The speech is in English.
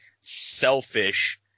selfish